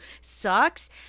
sucks